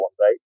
right